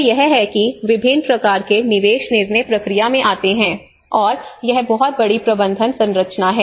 तो यह है कि विभिन्न प्रकार के निवेश निर्णय प्रक्रिया में आते हैं और यह बहुत बड़ी प्रबंधन संरचना है